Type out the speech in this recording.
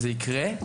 זה יקרה.